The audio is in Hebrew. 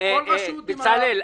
כל רשות עם הדברים שלה.